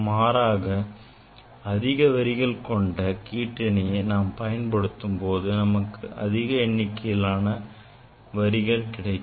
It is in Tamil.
மாறாக அதிக வரிகள் கொண்ட கீற்றிணியை நாம் பயன்படுத்தும் போது நமக்கு அதிக எண்ணிக்கையிலான நிற மாலை வரிகள் கிடைக்கும்